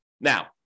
Now